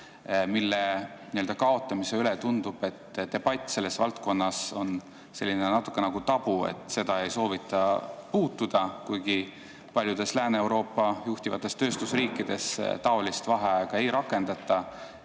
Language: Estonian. mille kaotamise üle, tundub, debatt on natuke nagu tabu. Seda ei soovita puutuda, kuigi paljudes Lääne-Euroopa juhtivates tööstusriikides taolist vaheaega ei rakendata.